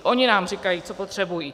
Ony nám říkají, co potřebují.